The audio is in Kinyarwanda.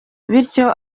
bityo